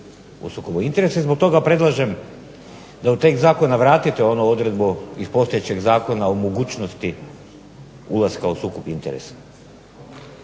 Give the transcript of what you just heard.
u sukobu interesa i zbog toga predlažem da u tekst zakona vratite onu odredbu iz postojećeg zakona o mogućnosti ulaska u sukob interesa.